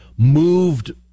Moved